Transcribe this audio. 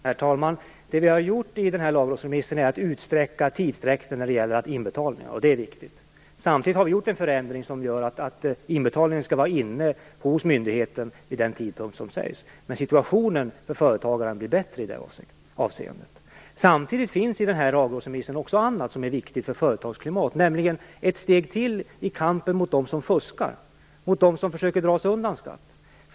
Herr talman! Det vi har gjort i lagrådsremissen är att utsträcka tidsperioden när det gäller inbetalningar, och det är viktigt. Samtidigt har vi gjort en förändring som innebär att inbetalningen skall vara inne hos myndigheten vid den tidpunkt som sägs. Situationen för företagaren blir dock bättre i det avseendet. Samtidigt finns i lagrådsremissen också annat som är viktigt för företagsklimatet, nämligen ett steg till i kampen mot dem som fuskar och försöker dra sig undan skatt.